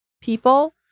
people